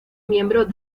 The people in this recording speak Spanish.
miembro